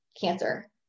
cancer